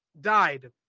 died